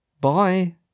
Bye